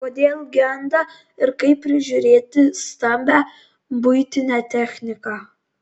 kodėl genda ir kaip prižiūrėti stambią buitinę techniką